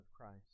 Christ